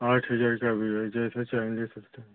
आठ हजार का भी है जैसा चाहें ले सकते हैं